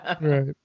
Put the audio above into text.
Right